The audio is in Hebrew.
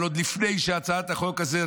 אבל עוד לפני שהצעת החוק הזאת